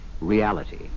reality